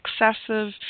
excessive